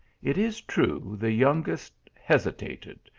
it is true, the youngest hesitated,